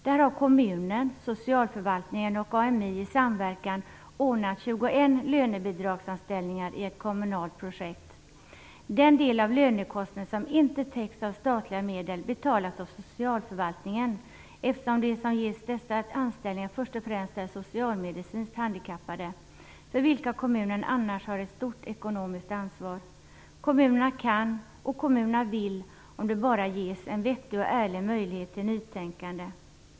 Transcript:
Där har kommunen, socialförvaltningen och AMI i samverkan ordnat med 21 lönebidragsanställningar i ett kommunalt projekt. Den del av lönekostnaden som inte täcks av statliga medel betalas av socialförvaltningen, eftersom de som ges dessa anställningar först och främst är socialmedicinskt handikappade, för vilka kommunen annars har ett stort ekonomiskt ansvar. Kommunerna kan och vill, om det bara ges en vettig och ärlig möjlighet till nytänkande.